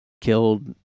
killed